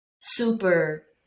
super